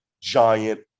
giant